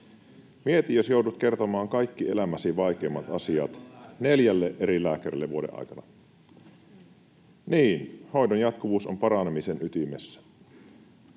Mieti, jos joudut kertomaan kaikki elämäsi vaikeimmat asiat neljälle eri lääkärille vuoden aikana. Niin, hoidon jatkuvuus on paranemisen ytimessä.